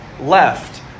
left